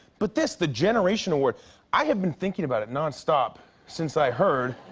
but this the generation award i have been thinking about it nonstop since i heard.